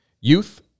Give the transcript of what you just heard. Youth